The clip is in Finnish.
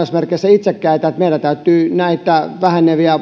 itsekkäitä että meidän täytyy näitä vähäneviä